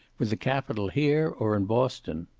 with the capital here or in boston.